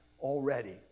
already